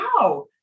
wow